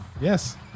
Yes